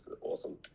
awesome